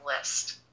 list